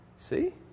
See